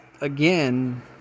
again